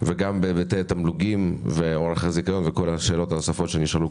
וגם בהיבט התמלוגים ואורך הזיכיון וכל השאלות שנשאלו.